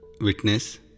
witness